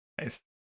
nice